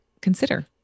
consider